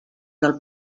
del